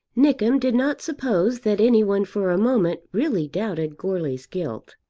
nickem did not suppose that any one for a moment really doubted goarly's guilt.